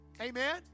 Amen